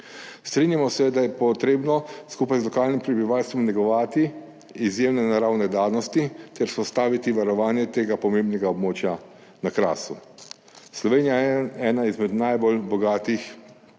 Strinjamo se, da je treba skupaj z lokalnim prebivalstvom negovati izjemne naravne danosti ter vzpostaviti varovanje tega pomembnega območja na Krasu. Slovenija je ena izmed najbolj bogatih držav